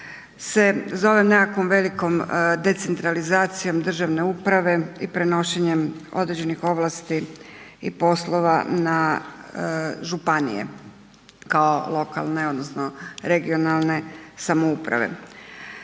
se zove nekakvom velikom decentralizacijom državne uprave i prenošenjem određenih ovlasti i poslova na županije kao lokalne odnosno regionalne samouprave.